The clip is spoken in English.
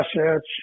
assets